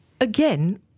again